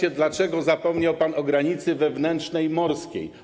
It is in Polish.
Pytam, dlaczego zapomniał pan o granicy wewnętrznej morskiej.